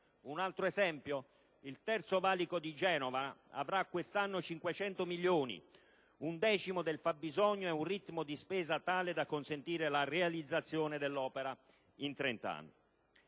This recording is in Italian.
Un altro esempio? Il terzo valico di Genova riceverà quest'anno 500 milioni, un decimo del fabbisogno, e un ritmo di spesa tale da consentire la realizzazione dell'opera in trent'anni.